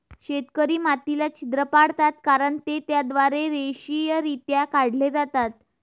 शेतकरी मातीला छिद्र पाडतात कारण ते त्याद्वारे रेषीयरित्या काढले जातात